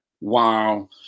Wow